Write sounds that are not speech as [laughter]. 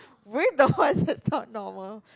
[laughs] we're the ones that's not normal